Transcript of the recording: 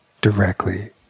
directly